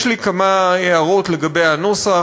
יש לי כמה הערות לגבי הנוסח,